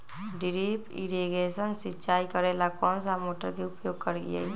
Drip irrigation सिंचाई करेला कौन सा मोटर के उपयोग करियई?